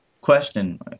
question